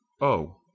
Oh